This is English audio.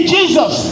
Jesus